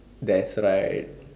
that's right